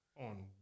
On